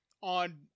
on